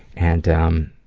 and um,